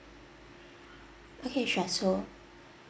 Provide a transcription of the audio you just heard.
okay sure so